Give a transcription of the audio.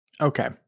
Okay